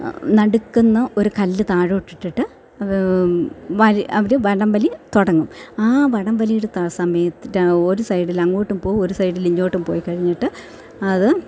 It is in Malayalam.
നടുക്കുനിന്ന് ഒരു കല്ല് താഴോട്ടിട്ടിട്ട് വരി അവര് വടംവലി തുടങ്ങും ആ വടംവലിയുടെ ത സമയത്ത് ര ഒരു സൈഡിൽ അങ്ങോട്ടും പോകും ഒരു സൈഡിൽ ഇങ്ങോട്ടും പോയി കഴിഞ്ഞിട്ട് അത്